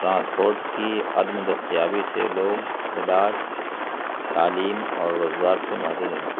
transport کی عدم دستیابی سے لوگ علاج تعلیم اور روزگار سے محروم رہتے